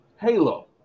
Halo